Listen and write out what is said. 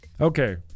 Okay